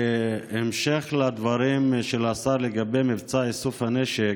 בהמשך לדברים של השר לגבי מבצע איסוף הנשק,